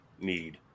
need